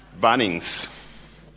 Bunnings